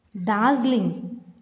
Dazzling